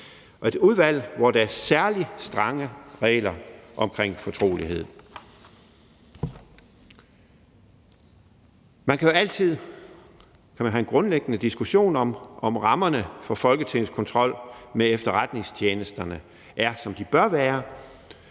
– et udvalg, hvor der er særlig strenge regler omkring fortrolighed. Man kan jo altid have en grundlæggende diskussion om, om rammerne for Folketingets kontrol med efterretningstjenesterne er, som de bør være,